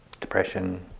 depression